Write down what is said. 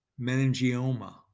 meningioma